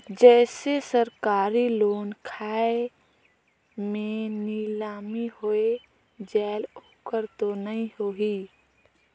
जैसे सरकारी लोन खाय मे नीलामी हो जायेल ओकर तो नइ होही?